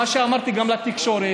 מה שגם אמרתי לתקשורת,